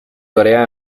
corea